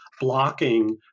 blocking